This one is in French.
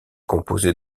composé